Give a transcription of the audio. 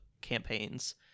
campaigns